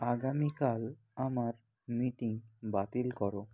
আগামীকাল আমার মিটিং বাতিল করো